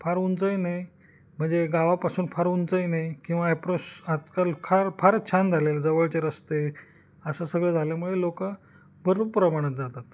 फार उंचही नाही म्हणजे गावापासून फार उंचही नाही किंवा ॲप्रोश आजकाल फार फारच छान झाले जवळचे रस्ते असं सगळं झाल्यामुळे लोक भरपूर प्रमाणात जातात